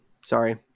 Sorry